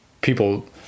people –